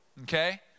Okay